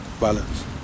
Balance